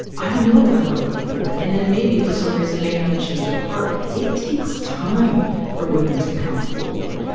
i don't know that i want to go forward and then maybe, for some reason, may have a change of heart. it takes time for women to come forward.